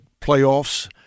playoffs